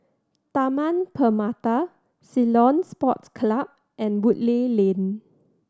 Taman Permata Ceylon Sports Club and Woodleigh Lane